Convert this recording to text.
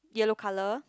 yellow colour